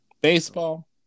Baseball